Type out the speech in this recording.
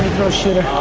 shooter.